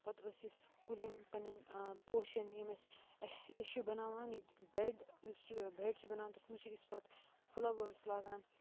پَتہٕ ٲسۍ أسۍ کُلین پَنٕنین پوشن یِم أسۍ اسہِ أسۍ چھِ بَناوان بیڈ سُہ بیڈ چھِ بَناوان تَتھ منٛز چہِ أسۍ پَتہٕ فٔلوٲرٕس لاگان تہٕ